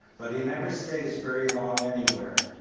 but he never stays very long anywhere.